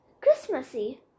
Christmassy